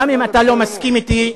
גם אם אתה לא מסכים אתי,